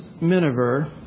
Miniver